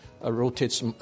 rotates